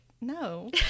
no